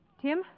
Tim